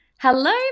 Hello